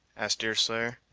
asked deerslayer,